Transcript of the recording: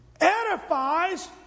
edifies